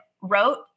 wrote